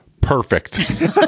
perfect